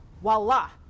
voila